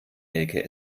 elke